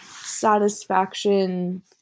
satisfaction